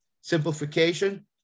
Simplification